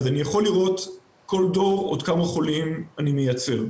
אני יכול לראות בכל דור עוד כמה חולים אני מייצר.